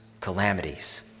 calamities